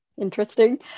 interesting